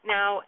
Now